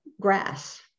grass